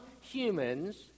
humans